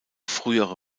frühere